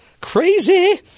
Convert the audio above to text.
Crazy